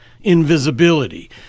invisibility